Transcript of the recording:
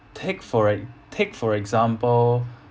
take for e~ take for example